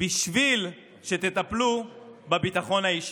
בשביל שתטפלו בביטחון האישי,